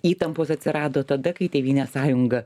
įtampos atsirado tada kai tėvynės sąjunga